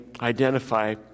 identify